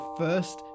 first